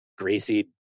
greasy